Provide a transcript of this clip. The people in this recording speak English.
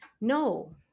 No